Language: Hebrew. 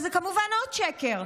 זה כמובן עוד שקר.